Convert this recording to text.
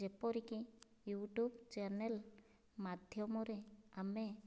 ଯେପରିକି YouTube channel ମାଧ୍ୟମରେ ଆମେ